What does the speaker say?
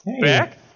Back